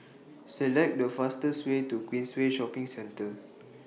Select The fastest Way to Queensway Shopping Centre